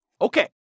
Okay